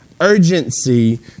urgency